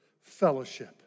fellowship